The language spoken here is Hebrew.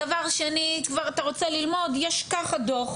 דבר שני, אם כבר אתה רוצה ללמוד, יש ככה דו"ח